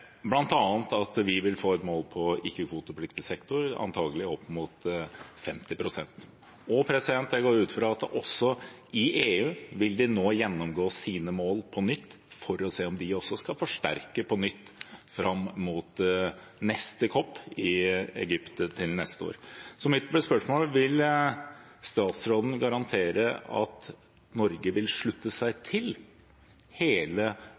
at vi vil få et mål på ikke-kvotepliktig sektor antakelig opp mot 50 pst. Jeg går ut fra at også EU nå vil gjennomgå sine mål på nytt for å se om de også skal forsterke på nytt fram mot neste COP, i Egypt til neste år. Så mitt spørsmål er: Vil statsråden garantere at Norge vil slutte seg til hele